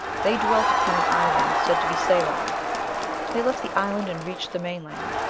they dwelt upon an island, said to be ceylon they left the island and reached the main-land,